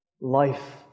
life